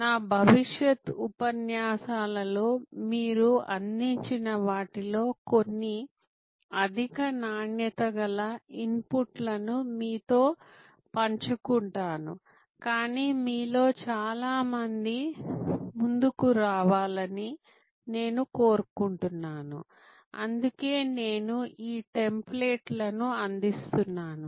నా భవిష్యత్ ఉపన్యాసాలలో మీరు అందించిన వాటిలో కొన్ని అధిక నాణ్యత గల ఇన్పుట్ లను మీతో పంచుకుంటాను కానీ మీలో చాలామంది ముందుకు రావాలని నేను కోరుకుంటున్నాను అందుకే నేను ఈ టెంప్లేట్లను అందిస్తున్నాను